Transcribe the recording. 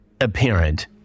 apparent